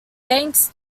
thanks